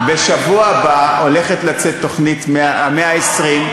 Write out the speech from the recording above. בשבוע הבא הולכת לצאת התוכנית של "צוות 120",